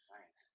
Nice